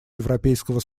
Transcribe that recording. европейского